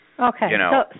Okay